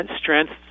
strength